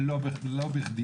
ולא בכדי